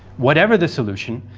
whatever the solution,